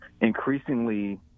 increasingly